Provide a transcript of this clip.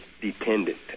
dependent